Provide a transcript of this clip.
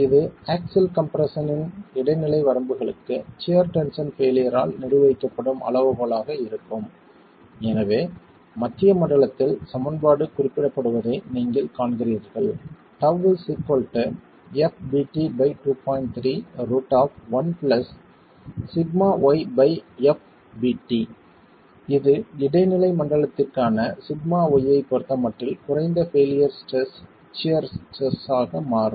இது axial compression இன் இடைநிலை வரம்புகளுக்கு சியர் டென்ஷன் பெயிலியர் ஆல் நிர்வகிக்கப்படும் அளவுகோலாக இருக்கும் எனவே மத்திய மண்டலத்தில் சமன்பாடு குறிப்பிடப்படுவதை நீங்கள் காண்கிறீர்கள் இது இடைநிலை மண்டலத்திற்கான σy ஐப் பொறுத்தமட்டில் குறைந்த பெயிலியர் ஸ்ட்ரெஸ் சியர் ஸ்ட்ரெஸ் ஆக மாறும்